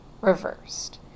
reversed